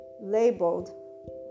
labeled